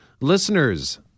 listeners